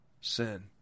sin